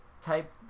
type